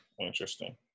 Interesting